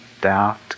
doubt